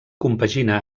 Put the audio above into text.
compagina